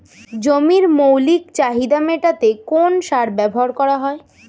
জমির মৌলিক চাহিদা মেটাতে কোন সার প্রয়োগ করা হয়?